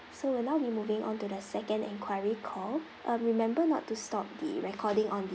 so we'll now be moving on to the second enquiry call um remember not to stop the recording on the